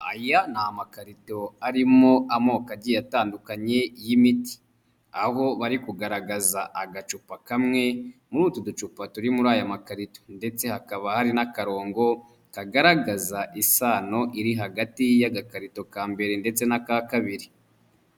Aya ni amakarito arimo amoko agiye atandukanye y'imiti, aho bari kugaragaza agacupa kamwe muri utu ducupa turi muri aya makarito, ndetse hakaba hari n'akarongo kagaragaza isano iri hagati y'agakarito ka mbere ndetse n'aka kabiri.